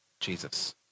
Jesus